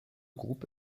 groupe